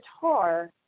guitar